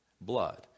blood